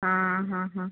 हाँ हाँ हाँ